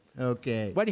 Okay